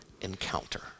encounter